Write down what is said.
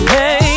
Hey